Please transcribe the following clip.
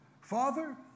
Father